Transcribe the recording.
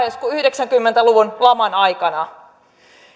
kuin yhdeksänkymmentä luvun laman aikana